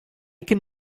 can